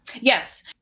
Yes